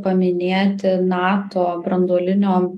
paminėti nato branduolinio